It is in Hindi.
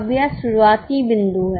अब यह शुरुआती बिंदु है